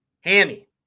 hammy